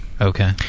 Okay